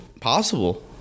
possible